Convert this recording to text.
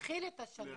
להתחיל את השנה.